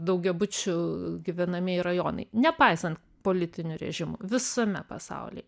daugiabučių gyvenamieji rajonai nepaisant politinių režimų visame pasaulyje